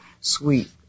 sweet